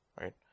right